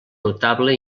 notable